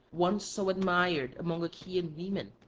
once so admired among achaean women,